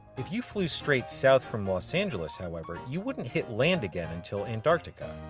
if you flew straight south from los angeles, however, you wouldn't hit land again until antarctica.